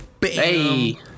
Hey